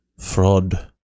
Fraud